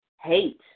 hate